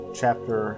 chapter